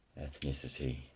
Ethnicity